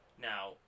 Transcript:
Now